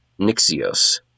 Nixios